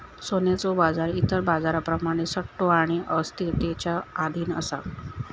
सोन्याचो बाजार इतर बाजारांप्रमाण सट्टो आणि अस्थिरतेच्या अधीन असा